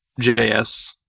JS